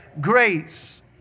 grace